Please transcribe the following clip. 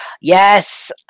Yes